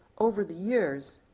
over the years,